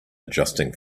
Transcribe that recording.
adjusting